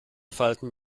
falten